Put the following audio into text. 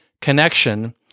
connection